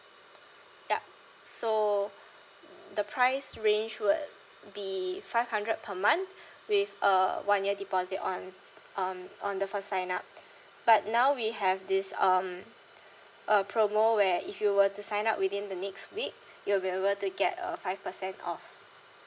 yup so the price range would be five hundred per month with a one year deposit on um on the first sign up but now we have this um uh promo where if you were to sign up within the next week you will be able to get a five percent off